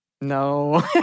no